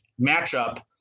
matchup